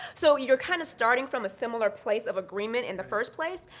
so you're kind of starting from a similar place of agreement in the first place.